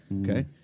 Okay